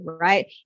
right